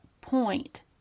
point